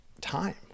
time